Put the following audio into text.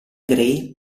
grey